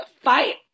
fight